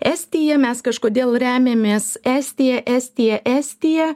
estija mes kažkodėl remiamės estija estija estija